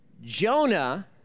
Jonah